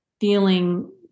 feeling